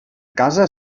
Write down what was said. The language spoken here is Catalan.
casa